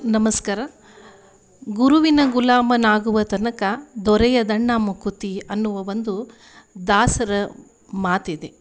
ನಮಸ್ಕಾರ ಗುರುವಿನ ಗುಲಾಮನಾಗುವ ತನಕ ದೊರೆಯದಣ್ಣ ಮುಕುತಿ ಅನ್ನುವ ಒಂದು ದಾಸರ ಮಾತಿದೆ